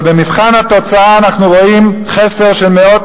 אבל במבחן התוצאה אנחנו רואים חסר של מאות